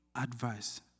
advice